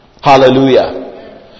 Hallelujah